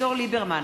אביגדור ליברמן,